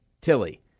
Tilly